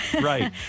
right